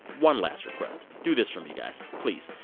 one last request. do this for me guys, please.